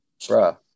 bruh